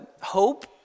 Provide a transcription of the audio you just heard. hope